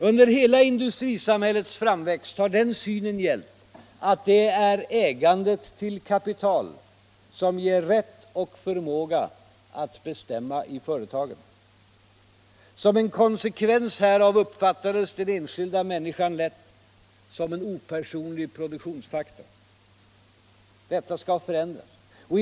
Under hela industrisamhällets framväxt har den synen gällt att det är ägandet till kapital som ger rätt och förmåga att bestämma i företagen. Som en konsekvens härav uppfattades den enskilda människan lätt som en opersonlig produktionsfaktor. Detta skall förändras.